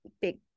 big